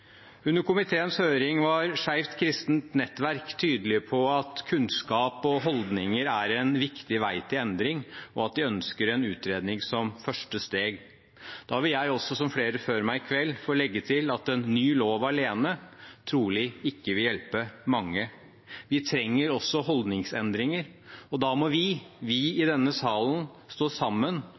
Under komiteens høring var Skeivt kristent nettverk tydelig på at kunnskap og holdninger er en viktig vei til endring, og at de ønsker en utredning som første steg. Da vil jeg også, som flere før meg i kveld, få legge til at en ny lov alene trolig ikke vil hjelpe mange. Vi trenger også holdningsendringer. Da må vi i denne salen stå sammen